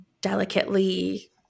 delicately